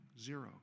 Zero